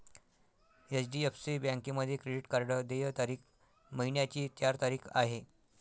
HDFC बँकेमध्ये credit card देय तारीख महिन्याची चार तारीख आहे